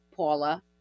Paula